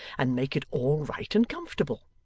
and make it all right and comfortable